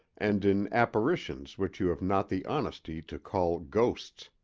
and in apparitions which you have not the honesty to call ghosts.